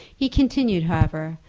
he continued, however,